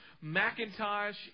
Macintosh